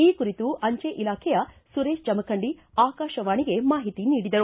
ಈ ಕುರಿತು ಅಂಜೆ ಇಲಾಖೆಯ ಸುರೇತ ಜಮಖಂಡಿ ಆಕಾಶವಾಣಿಗೆ ಮಾಹಿತಿ ನೀಡಿದರು